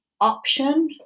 option